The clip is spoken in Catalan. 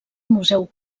museu